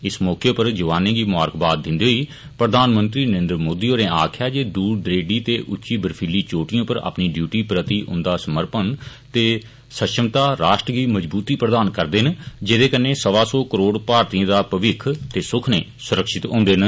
इस मौके पर जवानें गी मबारखबाद दिंदे होई प्रधनमंत्री नरेन्द्र मोदी होरें आक्खेया जे दूर दरेड़ी ते उच्ची वर्फीली चोटिएं पर अपनी डयूटी प्रति उंदा सम्पण ते सक्षमता राष्ट्र गी मजबूती प्रदान करदे न जेदे नै सवां सौ करोड़ भारतीय दा भविक्ख ते सुखने सुरक्षित हुंदे न